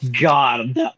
god